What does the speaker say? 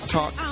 Talk